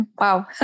wow